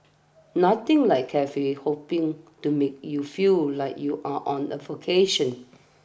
nothing like cafe hopping to make you feel like you're on a vocation